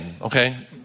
okay